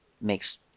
makes